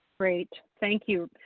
great, thank you.